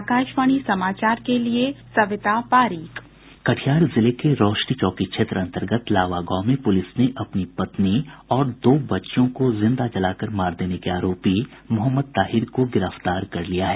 आकाशवाणी समाचार के लिये सविता पारीक कटिहार जिले के रौशनी चौकी क्षेत्र अंतर्गत लावा गांव में पुलिस ने अपनी पत्नी और दो बच्चियों को जिंदा जलाकर मार देने के आरोपी मोहम्मद ताहिर को गिरफ्तार कर लिया है